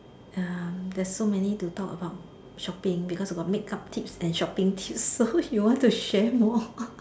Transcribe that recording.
um there's so many to talk about shopping because got makeup tips and shopping tips so you want to share more